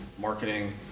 marketing